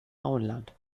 auenland